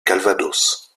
calvados